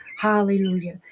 Hallelujah